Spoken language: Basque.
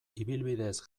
ibilbideez